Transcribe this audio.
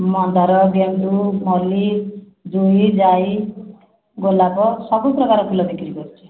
ମନ୍ଦାର ଗେଣ୍ଡୁ ମଲ୍ଲି ଜୁଇ ଜାଇ ଗୋଲାପ ସବୁ ପ୍ରକାର ଫୁଲ ବିକ୍ରି କରୁଛି